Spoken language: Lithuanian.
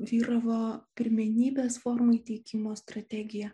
vyravo pirmenybės formai teikimo strategija